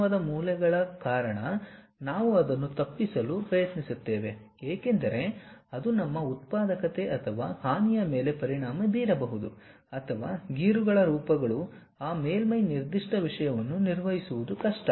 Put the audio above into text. ತೀಕ್ಷ್ಣವಾದ ಮೂಲೆಗಳ ಕಾರಣ ನಾವು ಅದನ್ನು ತಪ್ಪಿಸಲು ಪ್ರಯತ್ನಿಸುತ್ತೇವೆ ಏಕೆಂದರೆ ಅದು ನಮ್ಮ ಉತ್ಪಾದಕತೆ ಅಥವಾ ಹಾನಿಯ ಮೇಲೆ ಪರಿಣಾಮ ಬೀರಬಹುದು ಅಥವಾ ಗೀರುಗಳ ರೂಪಗಳು ಆ ಮೇಲ್ಮೈ ನಿರ್ದಿಷ್ಟ ವಿಷಯವನ್ನು ನಿರ್ವಹಿಸುವುದು ಕಷ್ಟ